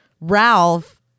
Ralph